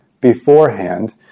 beforehand